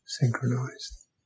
synchronized